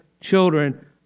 children